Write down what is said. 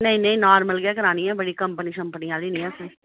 नेईं नेईं नार्मल गै करानी ऐ बड़ी कंपनी छंपनी आह्ली नी असें